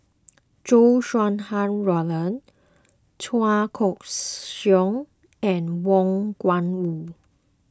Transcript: Chow Sau Hai Roland Chua Koon Siong and Wang Gungwu